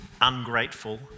ungrateful